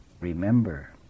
Remember